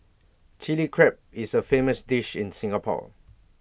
Chilli Crab is A famous dish in Singapore